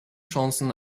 chancen